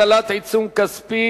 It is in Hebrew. הטלת עיצום כספי),